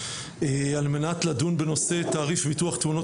על מנת לדון בנושא תעריף ביטוח תאונות